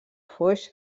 foix